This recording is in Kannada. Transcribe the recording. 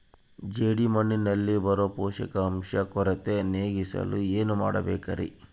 ಜೇಡಿಮಣ್ಣಿನಲ್ಲಿ ಬರೋ ಪೋಷಕಾಂಶ ಕೊರತೆ ನೇಗಿಸಲು ಏನು ಮಾಡಬೇಕರಿ?